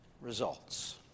results